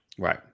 Right